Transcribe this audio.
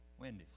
Wendy